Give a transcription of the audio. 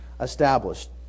established